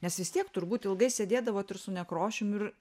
nes vis tiek turbūt ilgai sėdėdavot ir su nekrošium ir